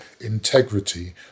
integrity